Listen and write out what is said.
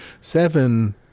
Seven